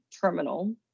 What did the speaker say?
terminal